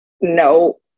No